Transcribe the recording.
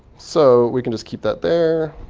so we can just keep that there,